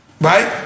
right